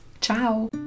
Ciao